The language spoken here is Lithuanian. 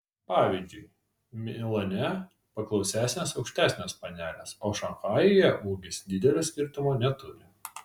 pavyzdžiui milane paklausesnės aukštesnės panelės o šanchajuje ūgis didelio skirtumo neturi